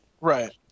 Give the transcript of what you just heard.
Right